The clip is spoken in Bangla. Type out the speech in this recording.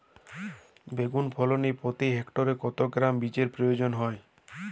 বেগুন ফলনে প্রতি হেক্টরে কত গ্রাম বীজের প্রয়োজন হয়?